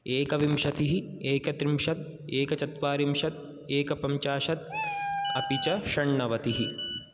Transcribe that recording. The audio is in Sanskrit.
एकविंशतिः एकत्रिंशत् एकचत्वारिंशत् एकपञ्चाशत् अपि च षण्णवतिः